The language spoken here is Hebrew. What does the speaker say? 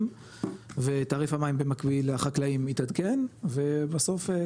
ותעריף המים במקביל לחקלאים יתעדכן ובסוף,